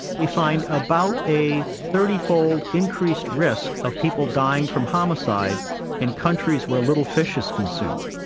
we find about a thirty-fold increased risk of people dying from homicide in countries where little fish is consumed.